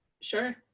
Sure